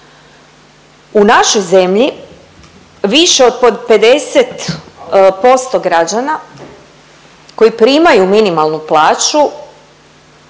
U našoj zemlji više od 50% građana koji primaju minimalnu plaću